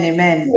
Amen